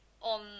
on